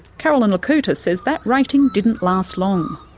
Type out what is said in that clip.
caroline le couteur says that rating didn't last long.